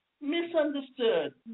misunderstood